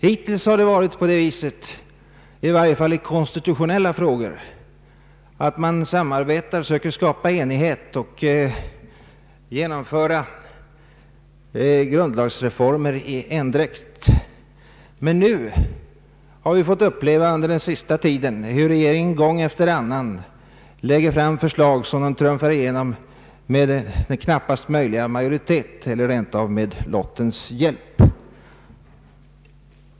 Han säger att hittills har man åtminstone i konstitutionella frågor försökt samarbeta, sökt skapa enighet och genomföra grundlagsreformer i endräkt, men under den senaste tiden har vi fått uppleva hur regeringen gång efter annan lägger fram förslag som trumfas igenom med knappast möjliga majoritet eller rent av med lottens hjälp.